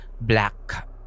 black